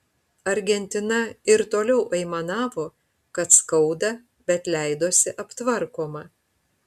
argentina ir toliau aimanavo kad skauda bet leidosi aptvarkoma